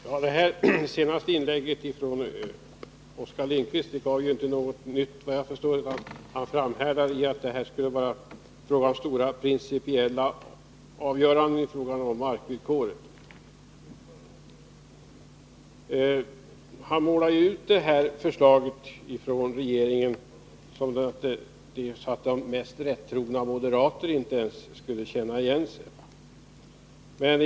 Fru talman! Det senaste inlägget från Oskar Lindkvist gav inte något nytt, såvitt jag förstår. Han framhärdar i att det skulle vara fråga om stora, principiella avgöranden beträffande markvillkoret. Han målar ut förslaget från regeringen så att inte ens de mest rättrogna moderater skulle känna igen sig.